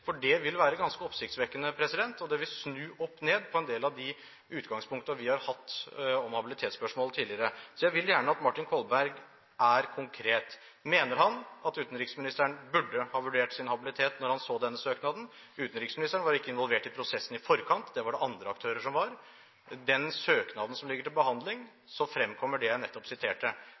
til. Det vil være ganske oppsiktsvekkende, og det vil snu opp ned på en del av de utgangspunktene vi har hatt for habilitetsspørsmål tidligere. Jeg vil gjerne at Martin Kolberg er konkret: Mener han at utenriksministeren burde ha vurdert sin habilitet da han så denne søknaden? Utenriksministeren var ikke involvert i prosessen i forkant, det var det andre aktører som var. I søknaden som ligger til behandling fremkommer det jeg nettopp siterte.